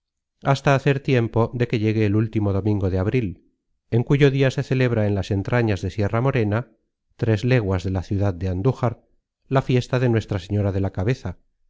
hasta hacer tiempo de que llegue el último domingo de abril en cuyo dia se celebra en las entrañas de sierra morena tres leguas de la ciudad de andújar la fiesta de nuestra señora de la cabeza